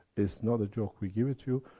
it's not a joke, we give it to you,